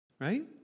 right